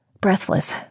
Breathless